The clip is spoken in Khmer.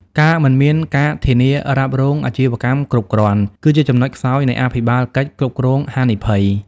ការមិនមានការធានារ៉ាប់រងអាជីវកម្មគ្រប់គ្រាន់ គឺជាចំណុចខ្សោយនៃអភិបាលកិច្ចគ្រប់គ្រងហានិភ័យ។